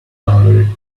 downloaded